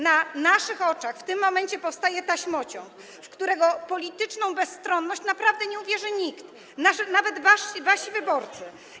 Na naszych oczach w tym momencie powstaje taśmociąg, w którego polityczną bezstronność naprawdę nie uwierzy nikt, nawet wasi wyborcy.